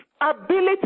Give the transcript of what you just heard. ability